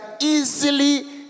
easily